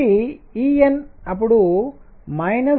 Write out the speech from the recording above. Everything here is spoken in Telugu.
కాబట్టి En అప్పుడు 13